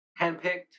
Handpicked